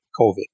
COVID